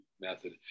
method